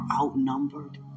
outnumbered